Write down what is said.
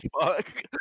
fuck